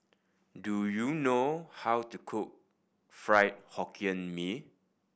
do you know how to cook Fried Hokkien Mee